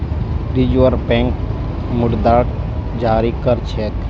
reserve bank मुद्राक जारी कर छेक